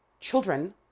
children